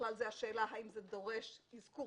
ובכלל זה השאלה האם זה דורש אזכור